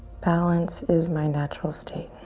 balance is my natural state.